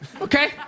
Okay